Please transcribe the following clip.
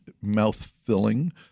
mouth-filling